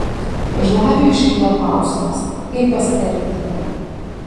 žlabiui iškyla klausimas kaip pasielgti jam